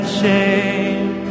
shame